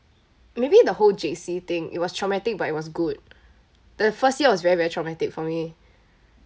maybe the whole J_C thing it was traumatic but it was good the first year was very very traumatic for me